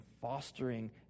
fostering